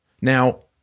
Now